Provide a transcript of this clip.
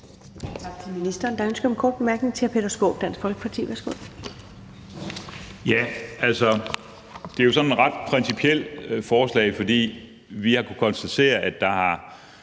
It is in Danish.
Tak til ministeren. Der er ønske om en kort bemærkning fra hr. Peter Skaarup, Dansk Folkeparti. Værsgo. Kl. 11:11 Peter Skaarup (DF): Det er jo et ret principielt forslag, fordi vi har kunnet konstatere, at der er